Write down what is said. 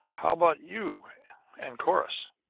how about you and corrus?